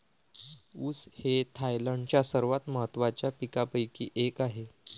ऊस हे थायलंडच्या सर्वात महत्त्वाच्या पिकांपैकी एक आहे